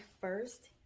first